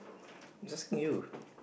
it's asking you